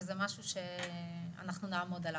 וזה משהו שאנחנו נעמוד עליו.